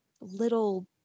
little